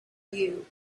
you